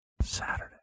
Saturday